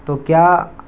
تو کیا